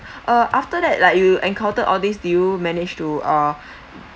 uh after that like you encounter all these do you manage to uh